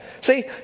See